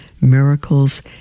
miracles